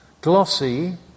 glossy